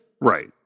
Right